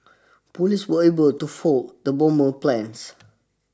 police were able to foil the bomber's plans